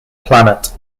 planet